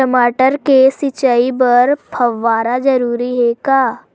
टमाटर के सिंचाई बर फव्वारा जरूरी हे का?